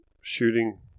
shooting